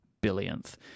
billionth